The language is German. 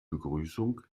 begrüßung